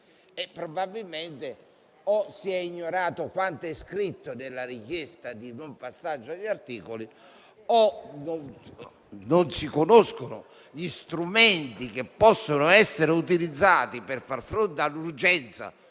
Probabilmente, o si è ignorato quanto è scritto nella questione pregiudiziale o non si conoscono gli strumenti che possono essere utilizzati per far fronte all'urgenza